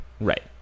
Right